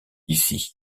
ici